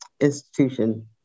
institution